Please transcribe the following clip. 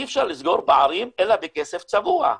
אי אפשר לסגור פערים אלא בכסף צבוע.